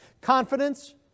Confidence